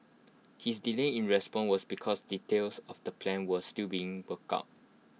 his delay in response was because details of the plan were still being worked out